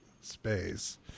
space